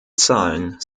zahlen